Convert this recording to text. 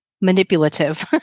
Manipulative